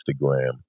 instagram